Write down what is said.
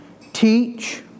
teach